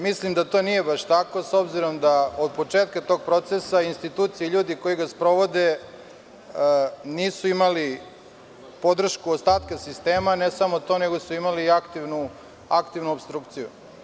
Mislim da to nije baš tako, s obzirom da od početka tog procesa institucija i ljudi koji ga sprovode nisu imali podršku od ostatka sistema, i ne samo to, nego su imali i aktivnu opstrukciju.